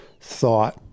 thought